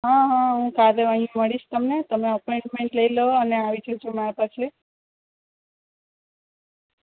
હ હ હું કાલે અહીં મળીશ તમને તમે એપોઈન્ટમેન્ટ લઈ લો અને આવી જજો મારા પાસે